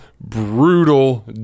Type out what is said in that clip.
brutal